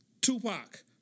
Tupac